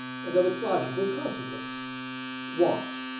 and of its logical consequence want.